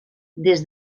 des